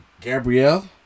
Gabrielle